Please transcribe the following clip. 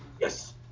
Yes